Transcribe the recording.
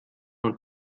und